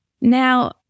now